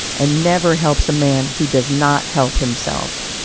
and never helps a man who does not help himself.